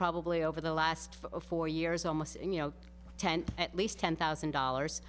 probably over the last four years almost you know ten at least ten thousand dollars